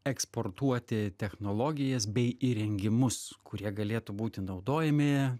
eksportuoti technologijas bei įrengimus kurie galėtų būti naudojami